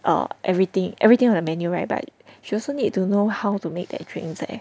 oh everything everything on the menu right but she also need to know how to make that drinks eh